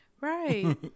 Right